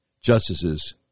justices